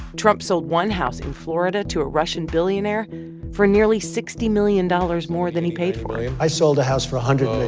trump sold one house in florida to a russian billionaire for nearly sixty million dollars more than he paid for i sold a house for a hundred million.